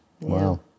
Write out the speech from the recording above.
Wow